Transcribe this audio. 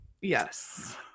yes